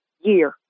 year